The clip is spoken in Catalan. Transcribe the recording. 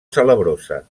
salabrosa